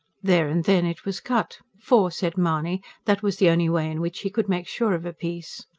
there and then it was cut for, said mahony, that was the only way in which he could make sure of a piece.